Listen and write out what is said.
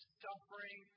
suffering